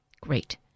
Great